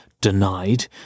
denied